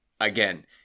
again